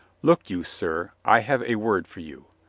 look you, sir, i have a word for you.